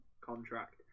contract